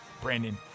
Brandon